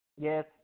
Yes